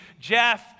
Jeff